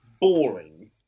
boring